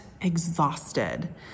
exhausted